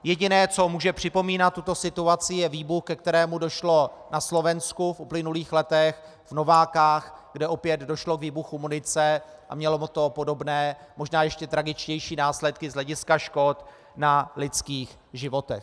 Jediné, co může připomínat tuto situaci, je výbuch, ke kterému došlo na Slovensku v uplynulých letech v Novákách, kde opět došlo k výbuchu munice a mělo to podobné, možná ještě tragičtější následky z hlediska škod na lidských životech.